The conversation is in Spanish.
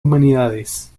humanidades